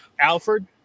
Alfred